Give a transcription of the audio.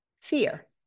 Fear